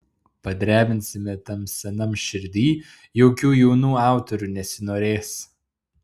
padrebinsime tam senam širdį jokių jaunų autorių nesinorės